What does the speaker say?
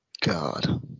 god